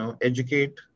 educate